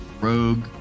Rogue